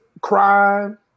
crime